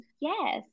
Yes